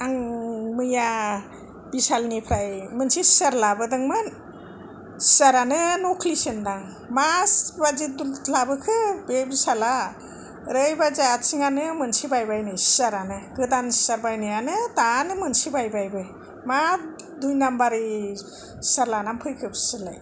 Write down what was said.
आं मैया भिसाल निफ्राय मोनसे सियार लाबोदोंमोन सियारानो नख्लिसोमोन दां मा सि बादि लाबोखो बे भिसाला ओरैबादि आथिंआनो मोनसे बायबायनो सियारानो गोदान सियार बायनायानो दानो मोनसे बायबायबो मा दुइ नाम्बारि सियार लानानै फैखो बिसोरलाय